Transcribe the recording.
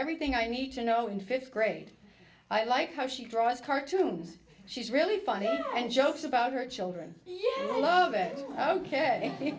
everything i need to know in fifth grade i like how she draws cartoons she's really funny and jokes about her children yes i love it ok